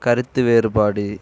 கருத்து வேறுபாடு